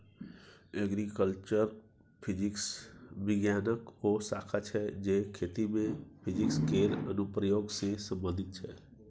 agriculture physics बिज्ञानक ओ शाखा छै जे खेती मे फिजिक्स केर अनुप्रयोग सँ संबंधित छै